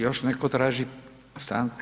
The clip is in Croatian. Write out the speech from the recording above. Još netko traži stanku?